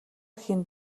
эхийн